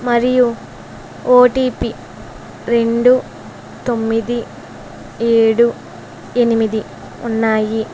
మరియు ఓటీపి రెండు తొమ్మిది ఏడు ఎనిమిది ఉన్నాయి